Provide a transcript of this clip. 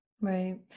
Right